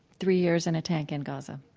three years in a tank in gaza.